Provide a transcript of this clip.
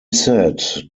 said